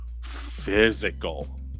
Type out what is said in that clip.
physical